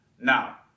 Now